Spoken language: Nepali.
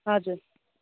हजुर